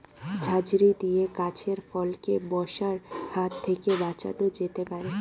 ঝাঁঝরি দিয়ে গাছের ফলকে মশার হাত থেকে বাঁচানো যেতে পারে?